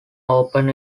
open